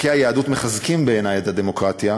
ערכי היהדות מחזקים בעיני את הדמוקרטיה,